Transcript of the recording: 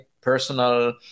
personal